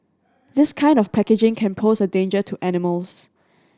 this kind of packaging can pose a danger to animals